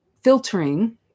filtering